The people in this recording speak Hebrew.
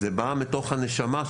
זה בא מתוך הנשמה שלו.